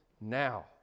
now